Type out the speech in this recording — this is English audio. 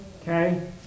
Okay